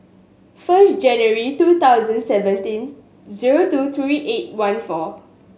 first January two thousand seventeen zero two three eight one four